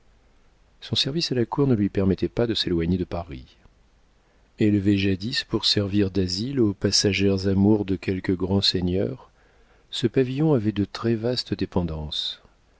son service à la cour ne lui permettait pas de s'éloigner de paris élevé jadis pour servir d'asile aux passagères amours de quelque grand seigneur ce pavillon avait de très vastes dépendances